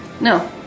No